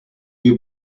you